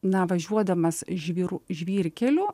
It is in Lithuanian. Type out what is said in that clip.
na važiuodamas žvyru žvyrkeliu